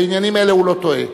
בעניינים האלה הוא לא טועה.